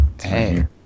Hey